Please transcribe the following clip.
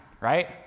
right